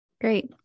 Great